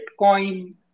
Bitcoin